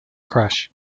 crash